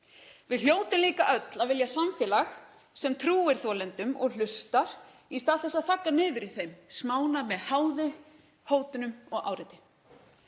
Við hljótum líka öll að vilja samfélag sem trúir þolendum og hlustar í stað þess að þagga niður í þeim, smána með háði, hótunum og áreiti.